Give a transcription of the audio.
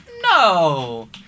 no